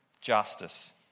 justice